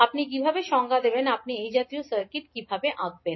আপনি কীভাবে সংজ্ঞা দেবেন আপনি এই জাতীয় সার্কিট কীভাবে আঁকবেন